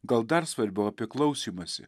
gal dar svarbiau apie klausymąsi